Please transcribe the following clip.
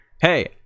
hey